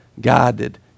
guided